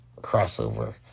crossover